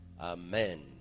Amen